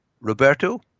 Roberto